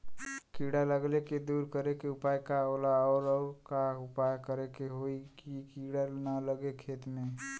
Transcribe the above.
कीड़ा लगले के दूर करे के उपाय का होला और और का उपाय करें कि होयी की कीड़ा न लगे खेत मे?